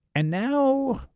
and now,